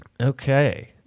Okay